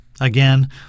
Again